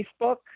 Facebook